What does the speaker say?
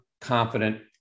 confident